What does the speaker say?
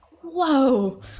whoa